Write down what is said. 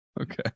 Okay